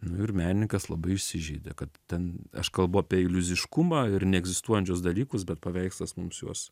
nu ir menininkas labai įsižeidė kad ten aš kalbu apie iliuziškumą ir neegzistuojančius dalykus bet paveikslas mums juos